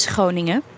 Groningen